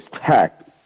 tech